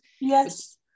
Yes